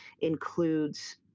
includes